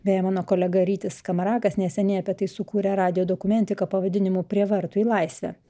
beje mano kolega rytis skamarakas neseniai apie tai sukūrė radijo dokumentiką pavadinimu prie vartų į laisvę